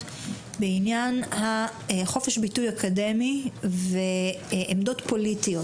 בעניין חופש הביטוי האקדמי ועמדות פוליטיות.